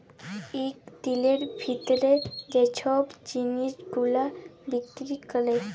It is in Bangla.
ইক দিলের ভিতরে যে ছব জিলিস গুলা বিক্কিরি ক্যরে